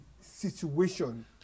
situation